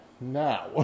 now